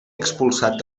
expulsat